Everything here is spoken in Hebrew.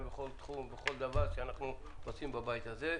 בכל תחום ובכל דבר שאנחנו עושים בבית הזה.